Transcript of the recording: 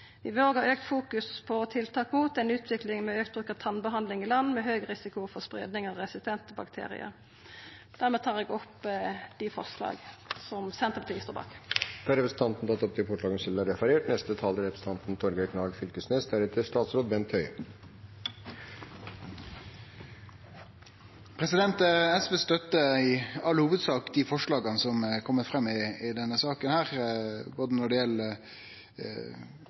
Vi vil òg ha auka fokus på og tiltak mot ei utvikling med auka bruk av tannbehandling i land med høg risiko for spreiing av resistente bakteriar. Dermed tar eg opp dei forslaga som Senterpartiet står bak. Da har representanten Kjersti Toppe tatt opp de forslagene hun refererte til. SV støttar i all hovudsak dei forslaga som har kome i denne saka når det